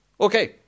Okay